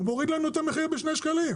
הוא מוריד לנו את המחיר בשני שקלים,